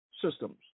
systems